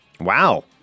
Wow